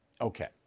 Okay